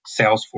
Salesforce